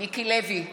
מיקי לוי,